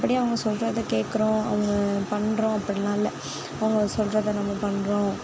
மற்றபடி அவங்க சொல்றதை கேட்குறோம் அவங்க பண்ணுறோம் அப்படிலாம் இல்லை அவங்க சொல்றதை நம்ம பண்ணுறோம்